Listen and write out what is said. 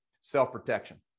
self-protection